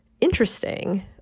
interesting